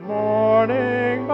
morning